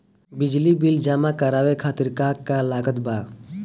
बिजली बिल जमा करावे खातिर का का लागत बा?